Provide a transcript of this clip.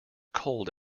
cold